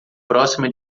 próxima